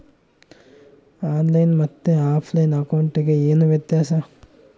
On line ಮತ್ತೆ offline ಅಕೌಂಟಿಗೆ ಏನು ವ್ಯತ್ಯಾಸ?